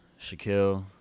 shaquille